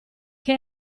che